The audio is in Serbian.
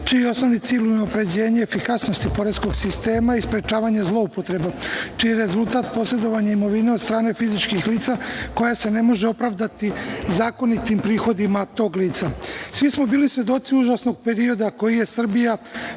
čiji je osnovni cilj unapređenje efikasnosti poreskog sistema i sprečavanja zloupotreba čiji je rezultat posedovanje imovine od strane fizičkih lica koja se ne može opravdati zakonitim prihodima tog lica. Svi smo bili svedoci užasnog perioda koji je Srbija